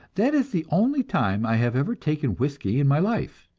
that is the only time i have ever taken whiskey in my life,